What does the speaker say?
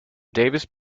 davis